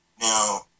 Now